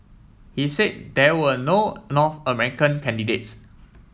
he said there were no North American candidates